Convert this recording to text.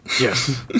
yes